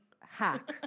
hack